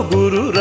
Guru